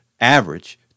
average